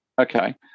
Okay